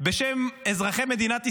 בשם אזרחי מדינת ישראל,